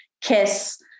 kiss